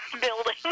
building